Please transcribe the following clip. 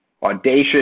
Audacious